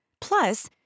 Plus